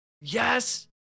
Yes